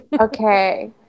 Okay